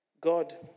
God